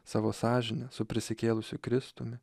savo sąžine su prisikėlusiu kristumi